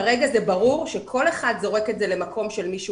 כרגע ברור שכל אחד זורק את זה למקום של מישהו